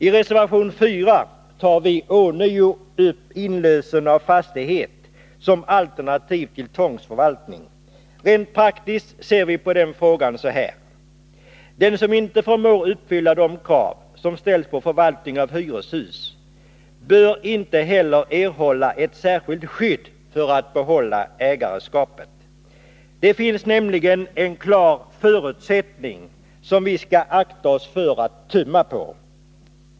I reservation 4 tar vi ånyo upp inlösen av fastighet som alternativ till tvångsförvaltning. Rent praktiskt ser vi så här på den frågan: Den som inte förmår uppfylla de krav som ställs på förvaltning av hyreshus bör inte heller erhålla ett särskilt skydd för att behålla ägarskapet. Det finns nämligen en förutsättning som vi skall akta oss för att tumma på.